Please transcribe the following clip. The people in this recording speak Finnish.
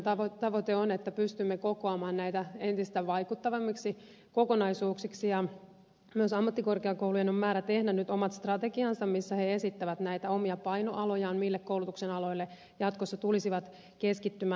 nythän tavoite on että pystymme kokoamaan näitä entistä vaikuttavammiksi kokonaisuuksiksi ja myös ammattikorkeakoulujen on määrä tehdä nyt omat strategiansa missä ne esittävät näitä omia painoalojaan mille koulutuksen aloille jatkossa tulisivat keskittymään